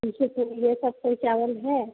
ऐसे कोई ये सब कोई चावल है